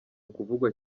kuvugwa